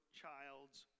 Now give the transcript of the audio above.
child's